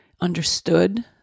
understood